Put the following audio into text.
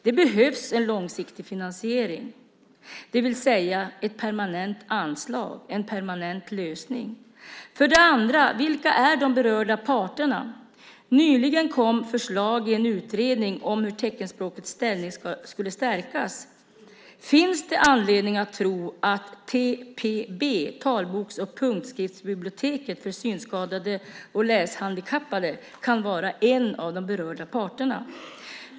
Det behövs en långsiktig finansiering - det vill säga ett permanent anslag, en permanent lösning. För det andra undrar jag vilka de berörda parterna är. Nyligen kom det förslag i en utredning om hur teckenspråkets ställning kan stärkas. Finns det anledning att tro att TPB, Talboks och punktskriftsbiblioteket för synskadade och läshandikappade, kan vara en av de berörda parterna?